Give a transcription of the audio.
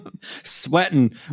sweating